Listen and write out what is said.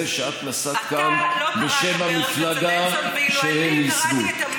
שאת נשאת כאן בשם המפלגה שהם ייסדו.